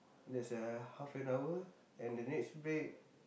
there's a half an hour and the next break